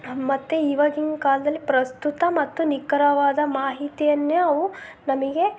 ಮತ್ತು ಇವಾಗಿನ ಕಾಲದಲ್ಲಿ ಪ್ರಸ್ತುತ ಮತ್ತು ನಿಖರವಾದ ಮಾಹಿತಿಯನ್ನೇ ಅವು ನಮಗೆ